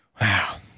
wow